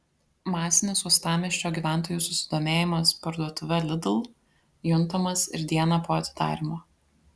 masinis uostamiesčio gyventojų susidomėjimas parduotuve lidl juntamas ir dieną po atidarymo